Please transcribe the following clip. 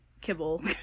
kibble